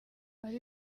ari